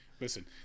Listen